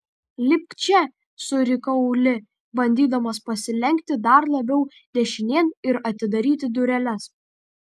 lipk čia surikau li bandydamas pasilenkti dar labiau dešinėn ir atidaryti dureles